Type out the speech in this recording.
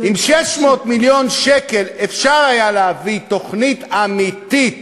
עם 600 מיליון שקל אפשר היה להביא תוכנית אמיתית